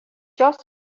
jos